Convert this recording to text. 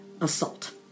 Assault